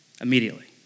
immediately